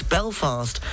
Belfast